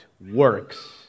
works